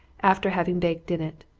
after having baked in it.